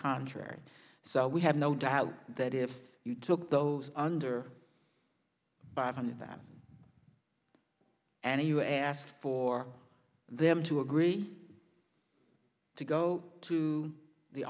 contrary so we have no doubt that if you took those under five hundred that and if you asked for them to agree to go to the